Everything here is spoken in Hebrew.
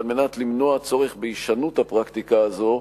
ועל מנת למנוע צורך בהישנות הפרקטיקה הזו,